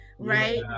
right